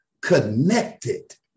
connected